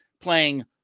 playing